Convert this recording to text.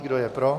Kdo je pro?